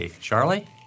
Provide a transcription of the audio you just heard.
Charlie